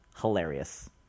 hilarious